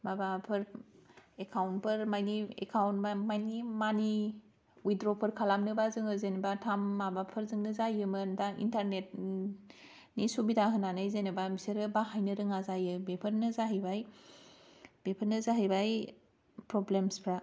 माबाफोर एकाउन्टफोर माने एकाउन्ट माने मानि उइद्र'फोर खालामनोबा जोङो जेनबा थाम्प माबाफोरजोंनो जायोमोन दा इन्टारनेटनि सुबिदा होनानै जेनोबा बिसोरो बाहायनो रोङा जायो बेफोरनो जाहैबाय बेफोरनो जाहैबाय फ्रब्लेमसफ्रा